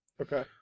Okay